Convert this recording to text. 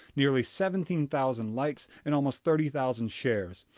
nearly seventeen thousand likes and almost thirty thousand shares.